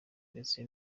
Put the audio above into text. ndetse